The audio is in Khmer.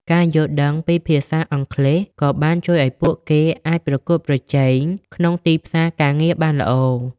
ការយល់ដឹងពីភាសាអង់គ្លេសក៏បានជួយឱ្យពួកគេអាចប្រកួតប្រជែងក្នុងទីផ្សារការងារបានល្អ។